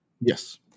Yes